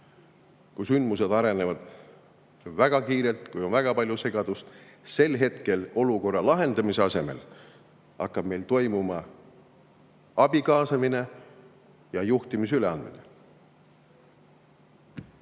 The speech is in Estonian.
kui sündmused arenevad väga kiirelt ja on väga palju segadust, hakkab olukorra lahendamise asemel meil toimuma abi kaasamine ja juhtimise üleandmine.